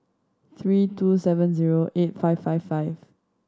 three two seven zero eight five five five